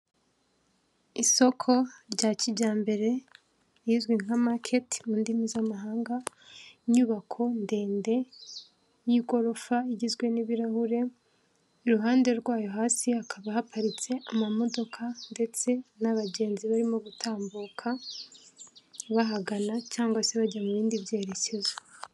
Isoko rya kijyambere rizwi nka maketi mu ndimi z'amahanga, inyubako ndende y'igorofa igizwe n'ibirahure iruhande rwayo hasi hakaba haparitse amamodoka ndetse n'abagenzi barimo gutambuka bahagana cyangwa se bajya mu bindi byerekezo.